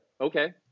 Okay